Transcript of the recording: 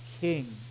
King